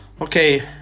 Okay